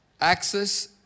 access